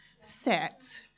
set